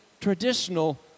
traditional